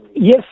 Yes